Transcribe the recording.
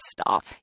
stop